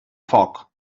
foc